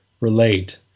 relate